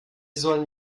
sollen